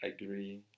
agree